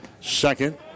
second